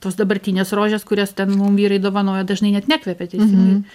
tos dabartinės rožės kurias ten mum vyrai dovanoja dažnai net nekvepia teisingai